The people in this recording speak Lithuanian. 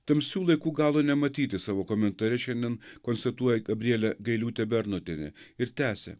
tamsių laikų galo nematyti savo komentare šiandien konstatuoja gabrielė gailiūtė bernotienė ir tęsia